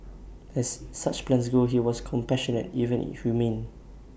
as such plans go his was compassionate even humane